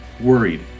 worried